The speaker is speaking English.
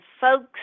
folks